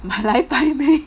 买来摆美